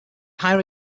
higher